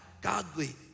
godly